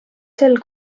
sel